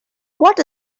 what